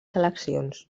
eleccions